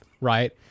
right